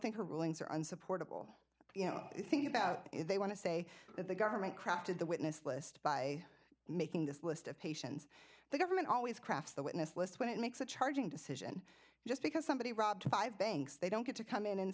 think her rulings are unsupportable you know think about it they want to say that the government crafted the witness list by making this list of patients the government always crafts the witness list when it makes a charging decision just because somebody robbed five banks they don't get to come in and